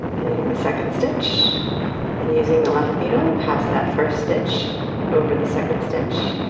the second stitch and using the left needle, pass that first stitch over the second stitch